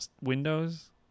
Windows